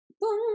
boom